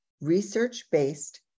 research-based